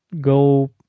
go